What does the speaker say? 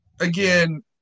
again